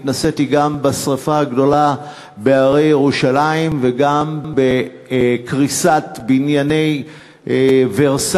התנסיתי גם בשרפה הגדולה בהרי ירושלים וגם בקריסת "אולמי ורסאי".